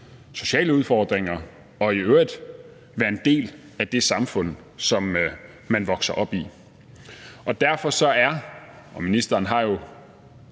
sociale udfordringer og i øvrigt at være en del af det samfund, som man vokser op i. Ministeren har jo